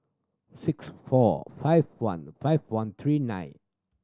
six four five one five one three nine